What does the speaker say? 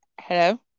Hello